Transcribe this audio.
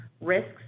risks